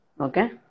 Okay